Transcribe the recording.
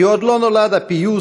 כי עוד לא נולד הפיוס,